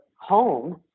home